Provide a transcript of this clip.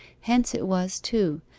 hence it was, too,